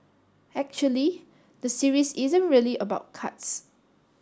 actually the series isn't really about cards